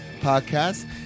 podcast